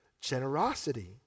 generosity